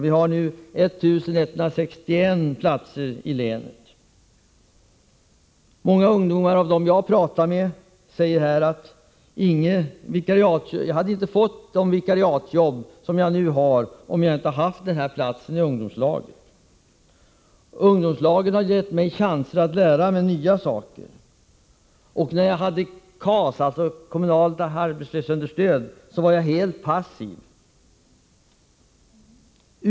Vi har nu 1 161 platser i länet. Många av de ungdomar jag har talat med säger: Jag hade inte fått det vikariat jag nu har om jag inte hade haft platsen i ungdomslagen. Ungdomslagen har gett mig chanser att lära mig nya saker. När jag hade KAS — kontant arbetsmarknadsstöd — var jag helt passiv.